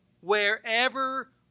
wherever